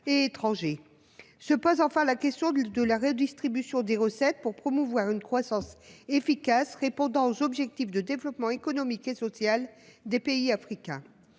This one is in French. et étranger. Se pose enfin la question de la redistribution des recettes pour promouvoir une croissance efficace, répondant aux objectifs de développement économique et social des pays africains.